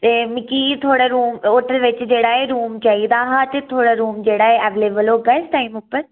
ते मिगी थोआड़े रूम होटल बिच्च जेह्ड़ा एह् रूम चहिदा हा ते थुआड़ा रूम जेह्ड़ा ऐ अवैलेबल होगा इस टाइम उप्पर